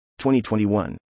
2021